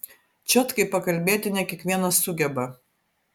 čiotkai pakalbėti ne kiekvienas sugeba